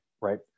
right